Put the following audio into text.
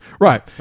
Right